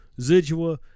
Zidua